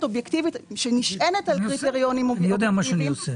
אובייקטיבית שנשענת על קריטריונים אובייקטיביים,